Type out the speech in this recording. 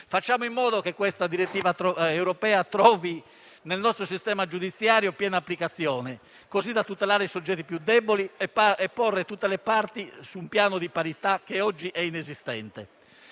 Facciamo in modo che questa direttiva europea trovi piena applicazione nel nostro sistema giudiziario, così da tutelare i soggetti più deboli e porre tutte le parti su un piano di parità che oggi è inesistente.